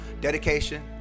dedication